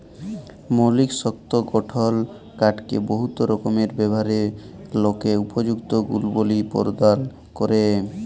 মৌলিক শক্ত গঠল কাঠকে বহুত রকমের ব্যাভারের ল্যাযে উপযুক্ত গুলবলি পরদাল ক্যরে